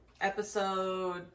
episode